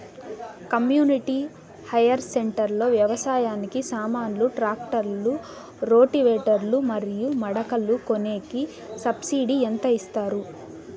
community hire centre లో వ్యవసాయానికి సామాన్లు ట్రాక్టర్లు రోటివేటర్ లు మరియు మడకలు కొనేకి సబ్సిడి ఎంత ఇస్తారు